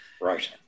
right